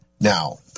Now